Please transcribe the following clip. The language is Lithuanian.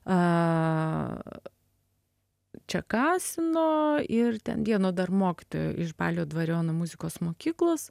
a čekasino ir ten vieno dar mokytojo iš balio dvariono muzikos mokyklos